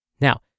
Now